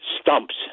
stumps